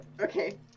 Okay